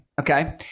Okay